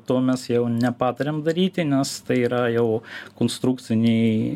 to mes jau nepatariam daryti nes tai yra jau konstrukciniai